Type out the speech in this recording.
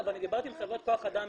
דיברתי עם חברת כח האדם,